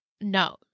No